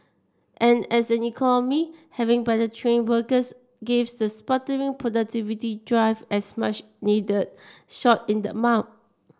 and as an economy having better trained workers gives the sputtering productivity drive as much needed shot in the